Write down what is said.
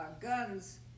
guns